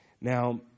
Now